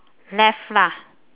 left lah